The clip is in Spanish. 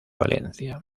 valencia